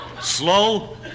Slow